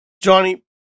Johnny